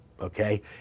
Okay